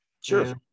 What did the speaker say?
Sure